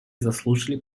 заслушали